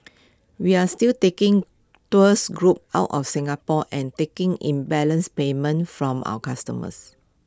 we are still taking tours groups out of Singapore and taking in balance payments from our customers